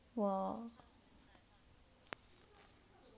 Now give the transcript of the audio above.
我